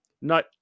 No